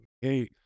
hey